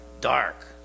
dark